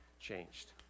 Changed